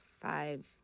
five